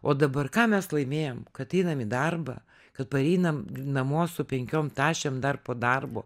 o dabar ką mes laimėjam kad einam į darbą kad pareinam namo su penkiom tašėm dar po darbo